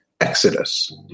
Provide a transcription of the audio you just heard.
Exodus